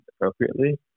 appropriately